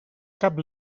cap